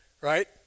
right